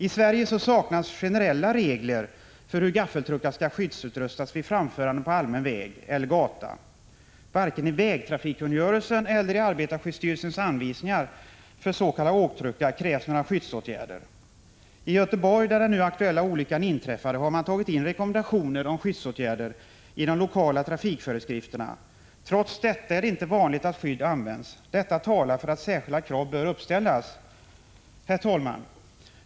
I Sverige saknas generella regler för hur gaffeltruckar skall skyddsutrustas vid framförande på allmän väg eller gata. Varken i vägtrafikkungörelsen eller i arbetarskyddsstyrelsens anvisningar för s.k. åktruckar krävs några skyddsåtgärder. I Göteborg, där den nu aktuella olyckan inträffade, har man tagit in rekommendationer om skyddsåtgärder i de lokala trafikföreskrifterna. Trots detta är det inte vanligt att skydd används. Detta talar för att särskilda krav bör uppställas. Herr talman!